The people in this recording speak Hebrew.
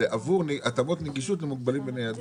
עבור התאמות נגישות למוגבלים בניידות.